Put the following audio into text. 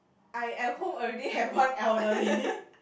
I at home already have one elderly